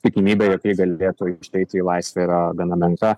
tikimybė jog ji galėtų išeiti į laisvę yra gana menka